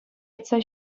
йӑтса